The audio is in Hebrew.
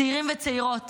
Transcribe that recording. צעירים וצעירות